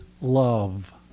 love